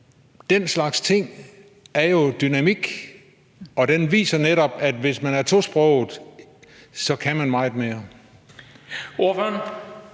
Den slags ting giver jo dynamik, og det viser netop, at hvis man er tosproget, så kan man meget mere.